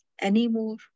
anymore